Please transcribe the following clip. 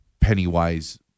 Pennywise